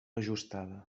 ajustada